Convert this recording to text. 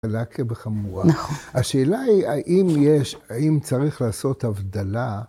קלה כבחמורה. ‫-נכון. ‫השאלה היא, האם צריך לעשות הבדלה...